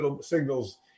signals